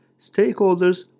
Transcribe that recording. stakeholders